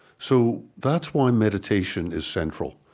so that's why meditation is central.